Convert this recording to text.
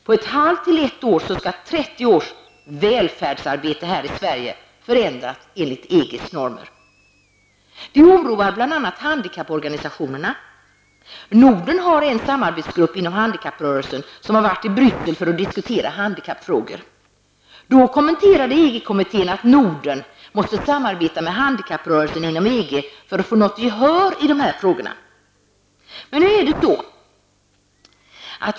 På ett halvt till ett år skall 30 år välfärdsarbete i Sverige förändras enligt Det oroar bl.a. handikapporganisationerna. Norden har en samarbetsgrupp inom handikapprörelsen som har varit i Bryssel för att diskutera handikappfrågor. Då kommenterade EG-kommittén att Norden måste samarbeta med handikapprörelsen inom EG för att få något gehör i dessa frågor.